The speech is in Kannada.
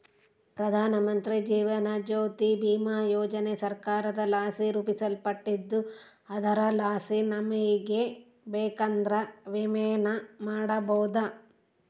ಪ್ರಧಾನಮಂತ್ರಿ ಜೀವನ ಜ್ಯೋತಿ ಭೀಮಾ ಯೋಜನೆ ಸರ್ಕಾರದಲಾಸಿ ರೂಪಿಸಲ್ಪಟ್ಟಿದ್ದು ಅದರಲಾಸಿ ನಮಿಗೆ ಬೇಕಂದ್ರ ವಿಮೆನ ಮಾಡಬೋದು